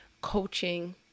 coaching